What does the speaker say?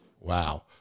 Wow